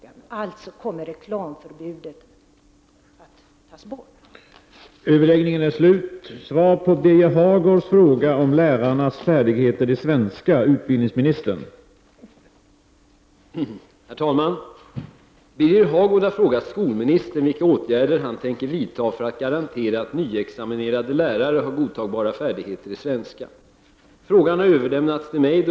Med andra ord: Kommer reklamförbudet att tas bort?